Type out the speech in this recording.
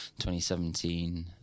2017